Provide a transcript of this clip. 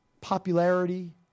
popularity